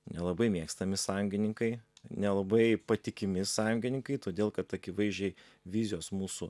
nelabai mėgstami sąjungininkai nelabai patikimi sąjungininkai todėl kad akivaizdžiai vizijos mūsų